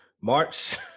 March